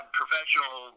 professional